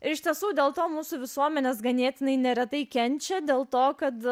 ir iš tiesų dėl to mūsų visuomenės ganėtinai neretai kenčia dėl to kad